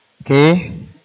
okay